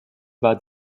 war